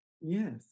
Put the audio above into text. yes